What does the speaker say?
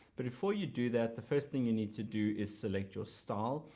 but, before you do that, the first thing you need to do is select your style,